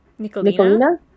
Nicolina